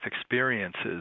experiences